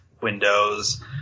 windows